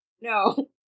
No